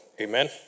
amen